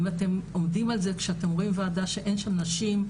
אם אתם עומדים על זה כשאתם רואים ועדה שאין שם נשים,